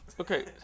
Okay